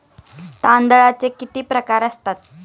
तांदळाचे किती प्रकार असतात?